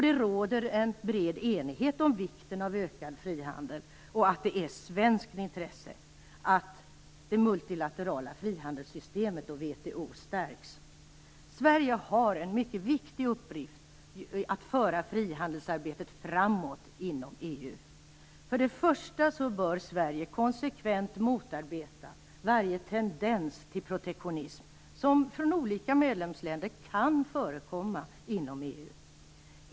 Det råder en bred enighet om vikten av ökad frihandel och att det är ett svenskt intresse att det multilaterala frihandelssystemet och WTO stärks. Sverige har en mycket viktig uppgift i att föra frihandelsarbetet framåt inom EU. Först och främst bör Sverige konsekvent motarbeta varje tendens till protektionism som kan förekomma från olika medlemsländer inom EU.